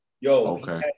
Yo